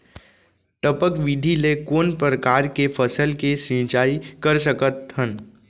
टपक विधि ले कोन परकार के फसल के सिंचाई कर सकत हन?